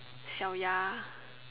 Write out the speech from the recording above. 小鸭